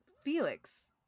Felix